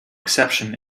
exception